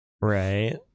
Right